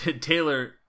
Taylor-